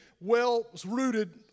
well-rooted